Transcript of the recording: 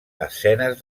escenes